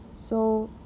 so